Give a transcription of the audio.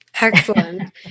Excellent